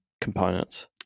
components